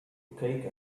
cake